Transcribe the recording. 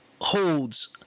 holds